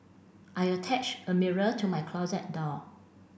I attach a mirror to my closet door